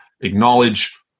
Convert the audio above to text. acknowledge